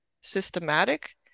systematic